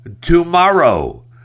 tomorrow